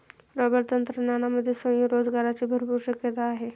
rubber तंत्रज्ञानामध्ये स्वयंरोजगाराची भरपूर शक्यता आहे